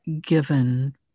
given